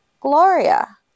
Gloria